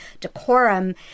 decorum